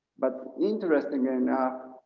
but, interestingly enough,